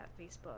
Facebook